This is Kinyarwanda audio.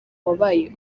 wabaye